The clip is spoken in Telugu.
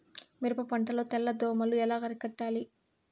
మిరప పంట లో తెల్ల దోమలు ఎలా అరికట్టాలి?